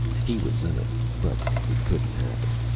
he was in it. but it couldn't happen.